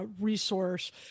resource